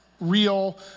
real